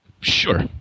Sure